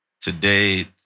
today